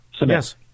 Yes